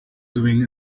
doing